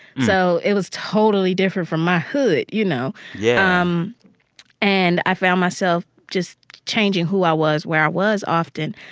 so it was totally different from my hood, you know? yeah um and i found myself just changing who i was, where i was often.